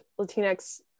Latinx